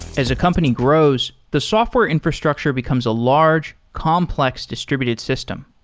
as a company grows, the software infrastructure becomes a large complex distributed system.